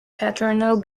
paternal